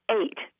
eight